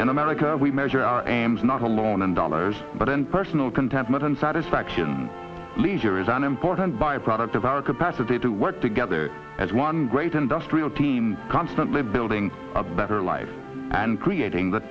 in america we measure our aims not alone in dollars but in personal contentment and satisfaction leisure is an important byproduct of our capacity to work together as one great industrial team constantly building a better life and creating the